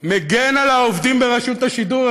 מגן על העובדים ברשות השידור.